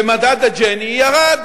ומדד ג'יני ירד,